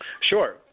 Sure